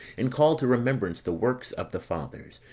and call to remembrance the works of the fathers,